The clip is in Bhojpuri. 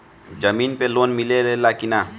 जमीन पे लोन मिले ला की ना?